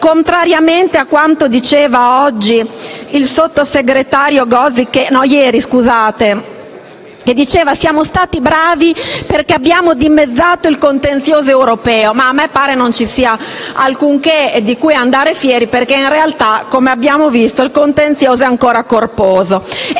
contrariamente a quanto diceva oggi il sottosegretario Gozi, che diceva che siamo stati bravi perché abbiamo dimezzato il contenzioso europeo. A me pare non ci sia alcunché di cui andare fieri, perché in realtà, come abbiamo visto, il contenzioso è ancora corposo.